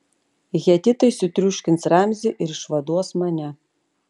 hetitai sutriuškins ramzį ir išvaduos mane